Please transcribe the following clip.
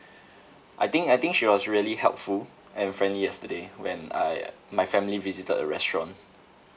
I think I think she was really helpful and friendly yesterday when I my family visited a restaurant